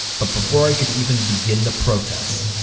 but before i could even begin to protest,